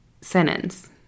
sentence